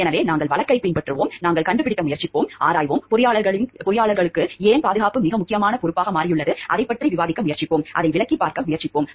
எனவே நாங்கள் வழக்கைப் பின்பற்றுவோம் நாங்கள் கண்டுபிடிக்க முயற்சிப்போம் ஆராய்வோம் பொறியாளர்களுக்கு ஏன் பாதுகாப்பு மிக முக்கியமான பொறுப்பாக மாறியுள்ளது அதைப் பற்றி விவாதிக்க முயற்சிப்போம் அதை விளக்கி பார்க்க முயற்சிப்போம்